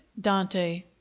Dante